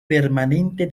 permanente